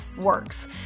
works